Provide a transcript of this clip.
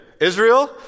Israel